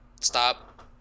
stop